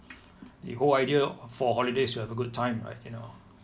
the whole idea for holiday is to have a good time right you know